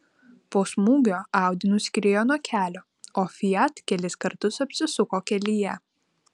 po smūgio audi nuskriejo nuo kelio o fiat kelis kartus apsisuko kelyje